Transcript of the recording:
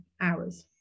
hours